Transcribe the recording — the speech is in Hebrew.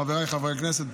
חבריי חברי הכנסת,